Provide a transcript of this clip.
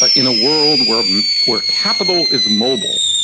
ah in a world where where capital is mobile,